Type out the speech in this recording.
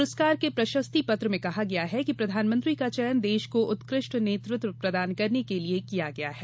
पुरस्कार के प्रशस्ति पत्र में कहा गया है कि प्रधानमंत्री का चयन देश को उत्कृष्ट नेतृत्व प्रदान करने के लिए किया गया है